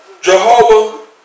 Jehovah